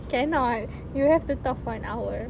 cannot you have to talk for an hour